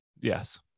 yes